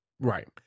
right